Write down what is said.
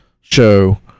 show